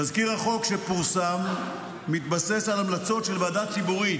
תזכיר החוק שפורסם מתבסס על המלצות של ועדה ציבורית